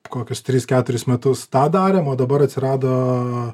kokius tris keturis metus tą darėm o dabar atsirado